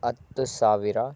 ಹತ್ತು ಸಾವಿರ